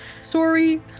Sorry